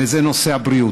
וזה נושא הבריאות.